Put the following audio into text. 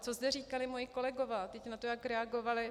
Co zde říkali moji kolegové teď na to, jak reagovali.